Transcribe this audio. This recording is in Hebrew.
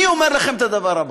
אני אומר לכם את הדבר הזה: